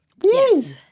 Yes